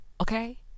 okay